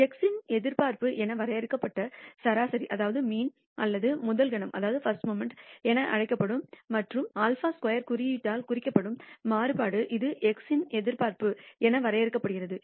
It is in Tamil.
X இன் எதிர்பார்ப்பு என வரையறுக்கப்பட்ட சராசரி அல்லது முதல் கணம் என அழைக்கப்படும் மற்றும் σ2 குறியீட்டால் குறிக்கப்படும் மாறுபாடு இது x இன் எதிர்பார்ப்பு என வரையறுக்கப்படுகிறது